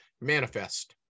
Manifest